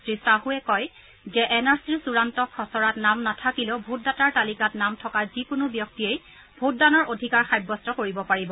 শ্ৰীচাছৱে কয় যে N R চিৰ চূড়ান্ত খছৰাত নাম নাথাকিলেও ভোটদাতাৰ তালিকাত নাম থকা যিকোনো ব্যক্তিয়েই ভোটদানৰ অধিকাৰ সাব্যস্ত কৰিব পাৰিব